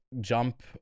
jump